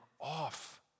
off